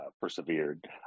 persevered